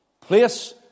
Place